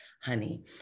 honey